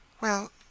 Well